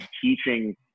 teaching